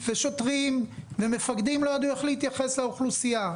שוטרים ומפקדים לא ידעו איך להתייחס לאוכלוסייה.